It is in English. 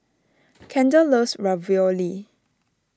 Kendall loves Ravioli